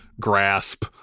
grasp